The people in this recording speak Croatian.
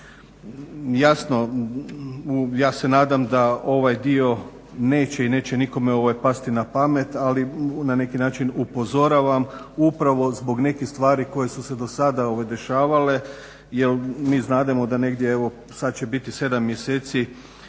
Jasno ja se nadam da ovaj dio neće i neće nikome pasti na pamet, ali na neki način upozoravam upravo zbog nekih stvari koje su se dosada dešavale. Jer mi znamo da negdje evo sad će biti 7 mjeseci